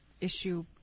issue